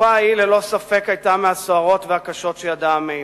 התקופה ההיא ללא ספק היתה מהסוערות והקשות שידע עמנו.